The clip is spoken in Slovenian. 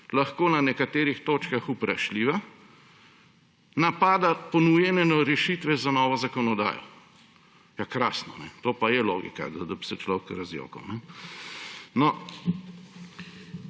lahko na nekaterih točkah vprašljiva, napada ponujene rešitve za novo zakonodajo. Ja, krasno, to pa je logika, da bi se človek razjokal. Če